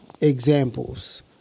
examples